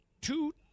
two